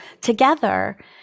together